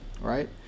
right